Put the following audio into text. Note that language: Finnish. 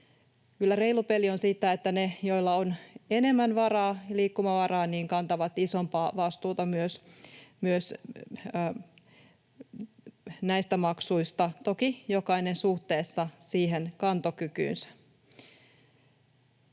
reilu peli on sitä, että ne, joilla on enemmän varaa ja liikkumavaraa, kantavat isompaa vastuuta myös näistä maksuista, toki jokainen suhteessa kantokykyynsä.